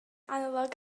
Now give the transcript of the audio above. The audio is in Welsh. analog